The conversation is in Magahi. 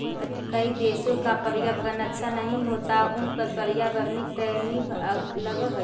कई देशों का पर्यावरण अच्छा नहीं होता उन पर पर्यावरणिक टैरिफ लगअ हई